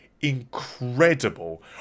incredible